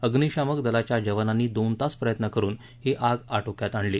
अग्निशामक दलाच्या जवानांनी दोन तास प्रयत्न करुन ही आग आटोक्यात आणली